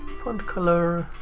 font color.